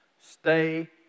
Stay